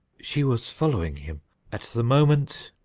she was following him at the moment.